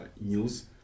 news